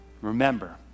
remember